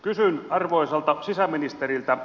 kysyn arvoisalta sisäministeriltä